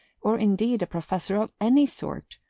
or indeed a professor of any sort,